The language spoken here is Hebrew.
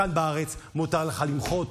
כאן בארץ מותר לך למחות,